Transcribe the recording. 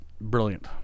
brilliant